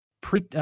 pre